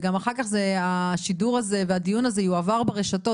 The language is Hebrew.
וגם אחר כך השידור הזה והדיון הזה יועבר ברשתות,